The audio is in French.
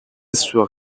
sur